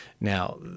Now